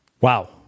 Wow